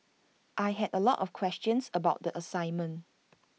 I had A lot of questions about the assignment